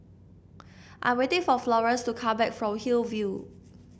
I'm waiting for Florence to come back from Hillview